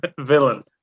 villain